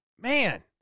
man